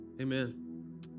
Amen